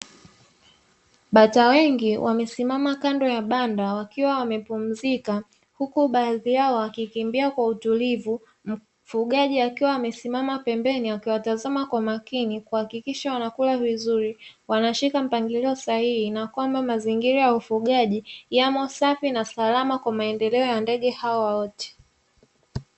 Bata wengi wamesimama kando ya banda wakiwa wamepumzika huku baadhi yao wakikimbia kwa utulivu, mfugaji akiwa amesimama pembeni akiwatazama kwa makini kuhakikisha wanakula vizuri, wanashika mpangilio sahihi na kwamba mazingira ya ufugaji yamo safi na salama kwa maendeleo ya ndege hawa wote.